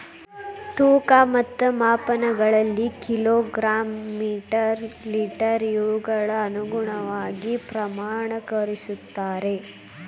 ತೂಕ ಮತ್ತು ಮಾಪನಗಳಲ್ಲಿ ಕಿಲೋ ಗ್ರಾಮ್ ಮೇಟರ್ ಲೇಟರ್ ಇವುಗಳ ಅನುಗುಣವಾಗಿ ಪ್ರಮಾಣಕರಿಸುತ್ತಾರೆ